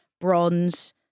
Bronze